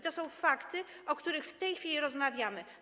To są fakty, o których w tej chwili rozmawiamy.